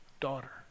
daughter